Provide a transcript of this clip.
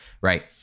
right